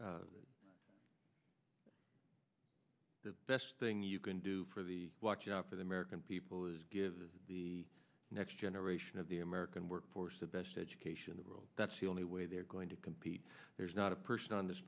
question the best thing you can do for the watch out for the american people is give the next generation of the american workforce the best education the world that's the only way they're going to compete there's not a person on this